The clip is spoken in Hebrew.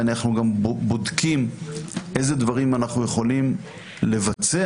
ואנחנו גם בודקים אילו דברים אנחנו יכולים לבצע